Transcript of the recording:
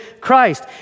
Christ